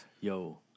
Yo